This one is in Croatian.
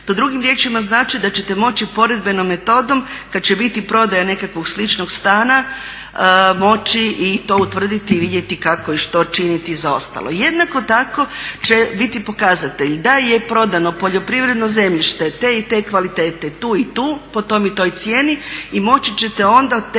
To drugim riječima znači da ćete moći poredbenom metodom kada će biti prodaja nekakvog sličnog stana moći i to utvrditi i vidjeti kako i što činiti za ostalo. Jednako tako će biti pokazatelj da je prodano poljoprivredno zemljište te i te kvalitete, tu i tu, po toj i toj cijeni i moći ćete onda